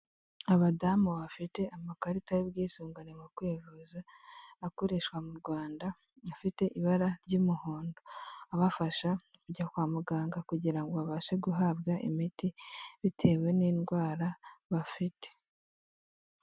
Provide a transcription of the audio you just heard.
Abadamu bafite amakarita y'ubwisungane mu kwivuza, akoreshwa mu rwanda afite ibara ry'umuhondo, abafasha kujya kwa muganga kugira ngo abashe guhabwa imiti bitewe n'indwara bafite.